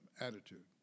attitude